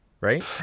right